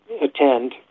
attend